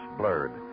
blurred